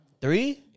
Three